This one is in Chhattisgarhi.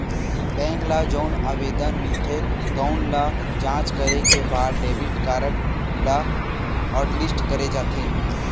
बेंक ल जउन आवेदन मिलथे तउन ल जॉच करे के बाद डेबिट कारड ल हॉटलिस्ट करे जाथे